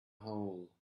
hole